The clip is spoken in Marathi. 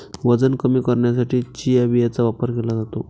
वजन कमी करण्यासाठी चिया बियांचा वापर केला जातो